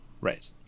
Right